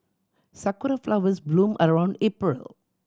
sakura flowers bloom around April